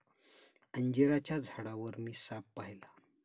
अंजिराच्या झाडावर मी साप पाहिला